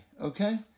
okay